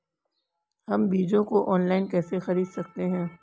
हम बीजों को ऑनलाइन कैसे खरीद सकते हैं?